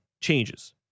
changes